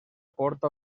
porta